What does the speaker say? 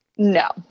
No